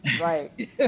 right